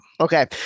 Okay